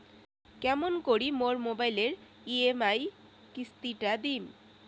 কেমন করি মোর মোবাইলের ই.এম.আই কিস্তি টা দিম?